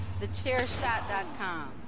TheChairshot.com